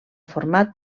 format